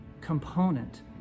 component